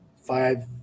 five